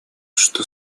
что